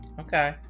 Okay